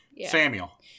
Samuel